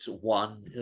one